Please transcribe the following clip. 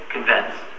Convinced